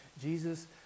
Jesus